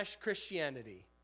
Christianity